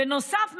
בנוסף,